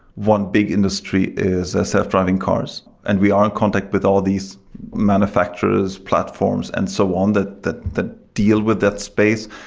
one big industry is ah self-driving cars. and we are in contact with all these manufacturers, platforms and so on that that deal with that space.